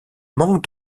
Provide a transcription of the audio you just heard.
manque